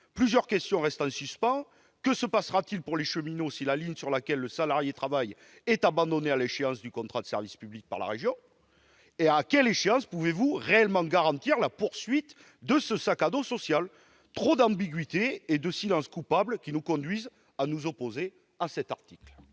Plusieurs questions restent en suspens. Que se passera-t-il si la ligne sur laquelle le cheminot travaille est abandonnée à l'échéance du contrat de service public par la région ? Jusqu'à quelle échéance pouvez-vous réellement garantir la poursuite de la mise en oeuvre de ce sac à dos social ? Il y a trop d'ambiguïté et de silence coupable. Cela nous conduit à nous opposer à cet article.